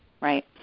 right